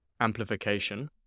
amplification